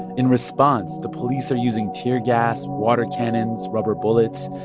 in response, the police are using tear gas, water cannons, rubber bullets,